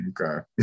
Okay